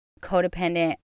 codependent